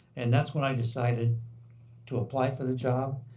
and that's when i decided to apply for the job.